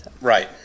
Right